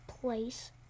place